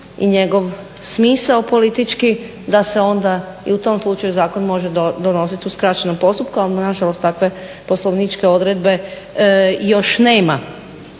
i njegov smisao politički, da se onda i u tom slučaju zakon može donosit u skraćenom postupku ali nažalost takve poslovničke odredbe još nema.